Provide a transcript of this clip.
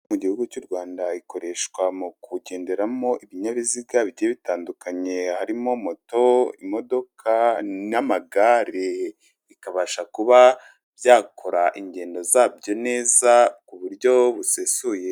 Mu gihugu cy'u Rwanda ikoreshwa mu kugenderamo ibinyabiziga bigiye bitandukanye harimo moto, imodoka n'amagare, bikabasha kuba byakora ingendo zabyo neza ku buryo busesuye.